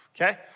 okay